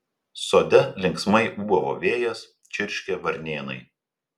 sode linksmai ūbavo vėjas čirškė varnėnai